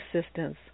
assistance